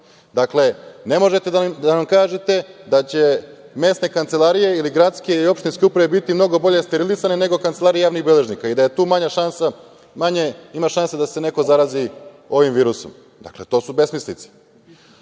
ne možete da nam kažete da će mesne kancelarije ili gradske ili opštinske uprave biti mnogo bolje sterilisane, nego kancelarije javnih beležnika i da je tu manje ima šanse da se neko zarazi ovim virusom. Dakle, to su besmislice. Procedura